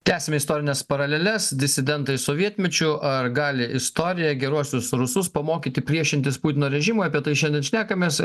tęsiame istorines paraleles disidentai sovietmečiu ar gali istorija geruosius rusus pamokyti priešintis putino režimui apie tai šiandien šnekamės